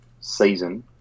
season